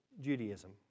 Judaism